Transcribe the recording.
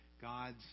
God's